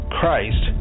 Christ